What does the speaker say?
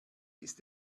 ist